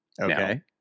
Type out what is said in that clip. Okay